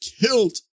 killed